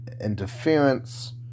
interference